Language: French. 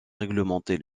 réglementer